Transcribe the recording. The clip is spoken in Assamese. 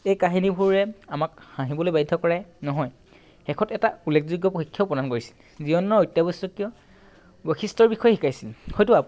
এই কাহিনীবোৰে আমাক হাঁহিবলৈ বাধ্য কৰে নহয় শেষত এটা উল্লেখযোগ্য প্ৰদান কৰিছিল জীৱনৰ অত্যাৱশ্যকীয় বৈশিষ্ট্য়ৰ বিষয়ে শিকাইছিল হয়তো